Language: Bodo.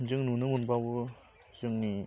जों नुनो मोनबावो जोंनि